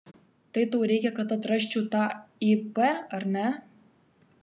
tai tau reikia kad atrasčiau tą ip ar ne